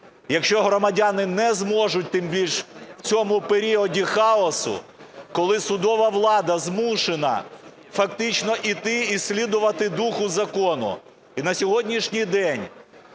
Якщо громадяни не зможуть, тим більше, в цьому періоді хаосу, коли судова влада змушена фактично йти і слідувати духу закону, і на сьогоднішній день